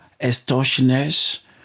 extortioners